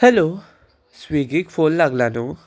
hello स्विगीक phone लागला न्हू